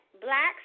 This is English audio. blacks